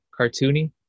cartoony